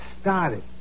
started